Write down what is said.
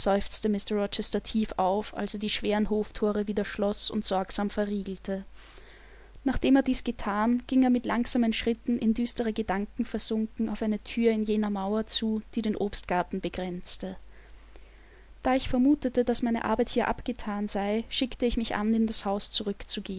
tief auf als er die schweren hofthore wieder schloß und sorgsam verriegelte nachdem er dies gethan ging er mit langsamen schritten in düstere gedanken versunken auf eine thür in jener mauer zu die den obstgarten begrenzte da ich vermutete daß meine arbeit hier abgethan sei schickte ich mich an in das haus